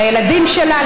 לילדים שלה,